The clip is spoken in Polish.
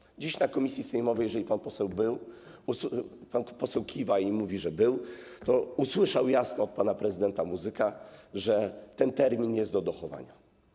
Dziś na posiedzeniu komisji sejmowej, jeżeli pan poseł był - pan poseł kiwa i mówi, że był - to usłyszał jasno od pana prezydenta Muzyka, że ten termin jest do dochowania.